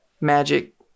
magic